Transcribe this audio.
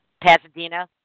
Pasadena